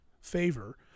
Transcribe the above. favor